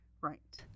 Right